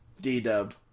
D-dub